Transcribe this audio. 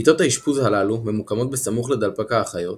מיטות האשפוז הללו ממוקמות בסמוך לדלפק האחיות,